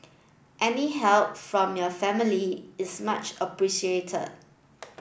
any help from your family is much appreciated